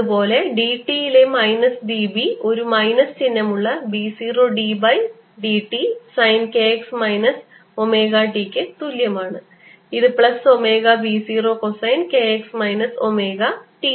അതുപോലെ d t യിലെ minus dB ഒരു മൈനസ് ചിഹ്നമുള്ള B 0 d by d t sine k x minus omega t ക്ക് തുല്യമാണ് ഇത് plus omega B 0 cosine k x minus omega t ആകും